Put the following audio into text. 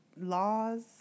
laws